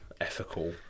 ethical